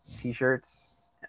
t-shirts